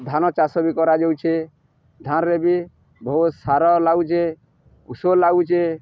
ଧାନ ଚାଷ ବି କରାଯାଉଛେ ଧାନରେ ବି ବହୁତ ସାର ଲାଗୁଛେ ଉଷ ଲାଗୁଛେ